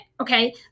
Okay